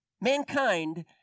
Mankind